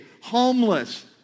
homeless